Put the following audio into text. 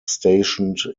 stationed